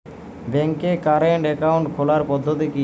ব্যাংকে current account খোলার পদ্ধতি কি?